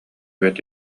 бэрт